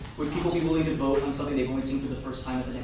would people be willing to vote on something they've only seen for the first time at